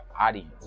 audience